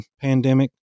pandemic